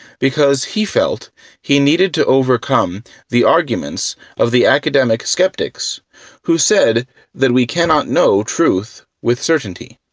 because he felt he needed to overcome the arguments of the academic skeptics who said that we cannot know truth with certainty.